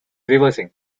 reversing